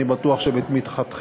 אני בטוח שבתמיכתכם.